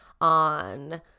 on